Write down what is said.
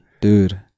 Dude